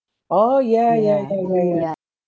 oh ya ya ya ya ya